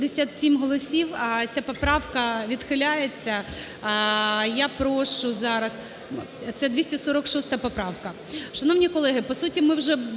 157 голосів, ця поправка відхиляється. Я прошу зараз... Це 246 поправка.